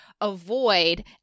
avoid